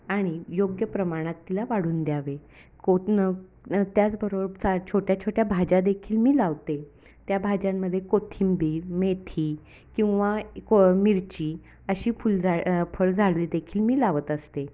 आणि योग्य प्रमाणात तिला वाढू द्यावे कोत न त्याचबरोबरचा छोट्या छोट्या भाज्या देखील मी लावते त्या भाज्यांमध्ये कोथिंबीर मेथी किंवा को मिरची अशी फुलझा फळझाडे देखील मी लावत असते